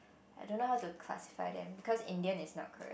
I don't know how to classify them because Indian is not correct